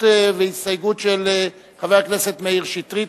והסתייגות של חבר הכנסת מאיר שטרית,